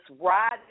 ride